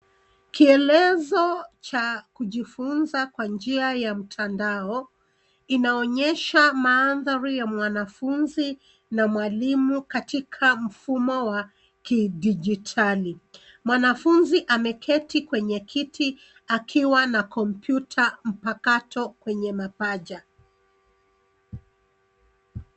Kielezo cha kujifunza kwa njia ya mtandao. Inaonyesha maandhari ya mwanafunzi na mwalimu katika mfumo wa kidijitali. Mwanafunzi ameketi kwenye kiti akiwa na kompyuta mpakato kwenye mapaja.